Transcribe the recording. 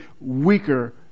weaker